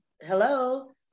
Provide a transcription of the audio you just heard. hello